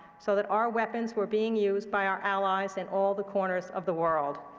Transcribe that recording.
so that our weapons were being used by our allies in all the corners of the world.